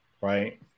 Right